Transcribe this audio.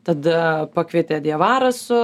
tada pakvietė diavara su